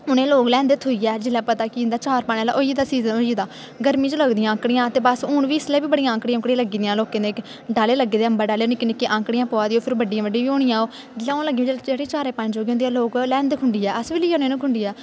उ'नेंगी लोक लेआंदे थुइयै जिसलै पता लगी जंदा कि इं'दा चा'र पाने आह्ला सिजन होई एह्दा गर्मियें च लगदियां औंकड़ियां ते बस हून बी पैह्ले बी बड़ियां आौंकडियां औंकडियां लगदियां किन्नियां लोकें दे डाले लगदे निक्के निक्के आंकड़ियां पोआ दियां फिर बड्डियां बड्डियां बी होनियां ओह् जिसलै होन लगियां ओह् जिसलै चा'र पाने आह्लियां होंदियां लोक लेई आंदे खुंडियै